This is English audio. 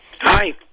Hi